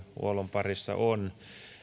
parissa on